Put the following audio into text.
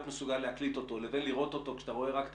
מסוגל להקליט אותו לבין לראות אותו כשאתה רואה רק את